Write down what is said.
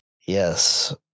Yes